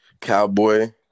Cowboy